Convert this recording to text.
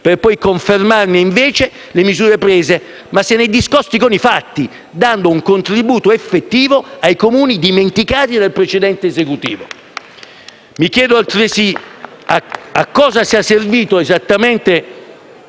per poi confermarne invece le misure prese, ma se ne discosti con i fatti, dando un contributo effettivo ai Comuni dimenticati dal precedente Esecutivo. *(Applausi dal Gruppo FI-BP)*. Mi chiedo, altresì, a cosa sia servito esattamente